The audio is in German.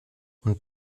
und